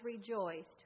rejoiced